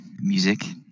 music